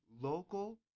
local